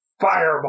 fireball